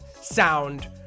sound